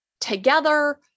together